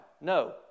No